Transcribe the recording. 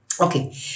Okay